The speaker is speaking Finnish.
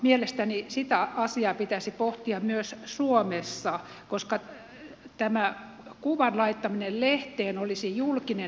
mielestäni sitä asiaa pitäisi pohtia myös suomessa koska kuvan laittaminen lehteen olisi julkinen häpeärangaistus